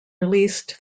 released